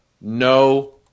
no